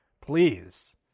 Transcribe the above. please